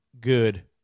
good